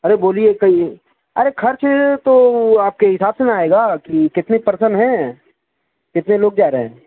ارے بولیے کہیے ارے خرچ تو آپ کے حساب سے نہ آئے گا کہ کتنے پرسن ہیں کتنے لوگ جا رہے